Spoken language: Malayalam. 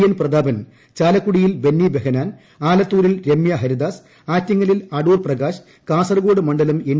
എൻ പ്രതാപൻ ചാലക്കുടിയിൽ ബെന്നി ബെഹന്നാൻആലത്തൂരിൽ രമ്യാ ഹരിദാസ് ആറ്റിങ്ങലിൽ അടൂർ പ്രകാശ് കാസർകോട് മണ്ഡലം എൻ